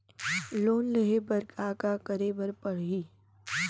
Loan लेहे बर का का का करे बर परहि?